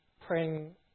praying